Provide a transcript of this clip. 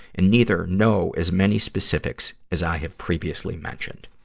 and neither know as many specifics as i had previously mentioned.